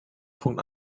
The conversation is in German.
punkt